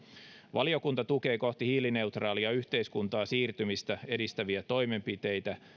valiokunta tukee kohti hiilineutraalia yhteiskuntaa siirtymistä edistäviä toimenpiteitä